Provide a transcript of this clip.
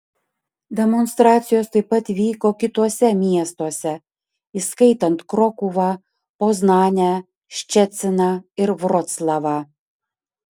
demonstracijos taip pat vyko kituose miestuose įskaitant krokuvą poznanę ščeciną ir vroclavą